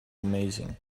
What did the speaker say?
amazing